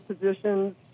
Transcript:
positions